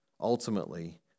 ultimately